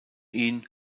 ihn